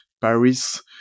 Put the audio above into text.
Paris